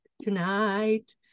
tonight